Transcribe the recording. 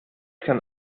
kann